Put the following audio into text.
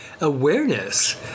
awareness